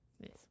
Yes